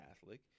Catholic